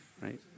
right